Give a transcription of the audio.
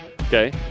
okay